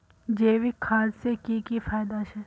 जैविक खाद से की की फायदा छे?